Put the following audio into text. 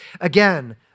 again